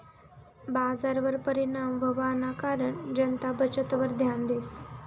बजारवर परिणाम व्हवाना कारण जनता बचतवर ध्यान देस